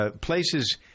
places